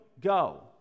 go